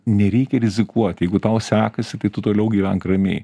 nereikia rizikuoti jeigu tau sekasi tai tu toliau gyvenk ramiai